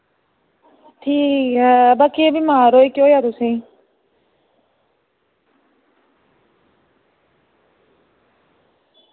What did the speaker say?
ठीक ऐ बाऽ कियां बमार होई केह् होआ तुसें ई